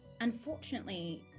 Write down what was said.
Unfortunately